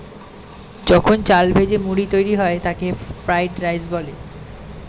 যখন চাল ভেজে মুড়ি তৈরি করা হয় তাকে পাফড রাইস বলে